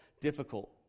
difficult